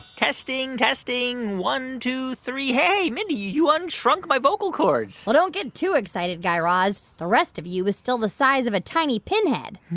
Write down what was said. testing, testing, one, two, three. hey, mindy, you you unshrunk my vocal cords well, don't get too excited, guy raz. the rest of you is still the size of a tiny pinhead.